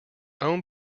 own